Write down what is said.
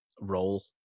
role